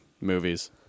movies